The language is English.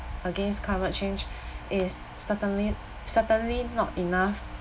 against climate change is certainly certainly not enough